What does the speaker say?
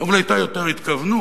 אבל היתה יותר התכוונות,